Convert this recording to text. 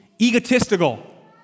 egotistical